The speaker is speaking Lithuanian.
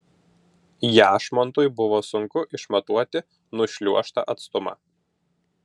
jašmontui buvo sunku išmatuoti nušliuožtą atstumą